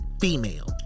Female